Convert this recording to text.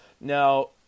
now